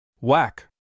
Whack